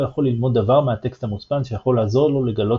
יכול ללמוד דבר מהטקסט המוצפן שיכול לעזור לו לגלות